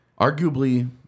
Arguably